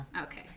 Okay